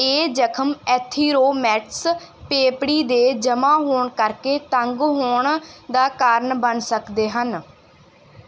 ਇਹ ਜਖਮ ਐਥੀਰੋਮੈਟਸ ਪੇਪੜੀ ਦੇ ਜਮ੍ਹਾਂ ਹੋਣ ਕਰਕੇ ਤੰਗ ਹੋਣ ਦਾ ਕਾਰਨ ਬਣ ਸਕਦੇ ਹਨ